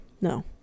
No